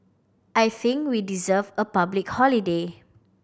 I think we deserve a public holiday